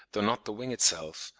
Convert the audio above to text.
though not the wing itself,